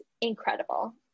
incredible